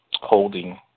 holding